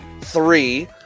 three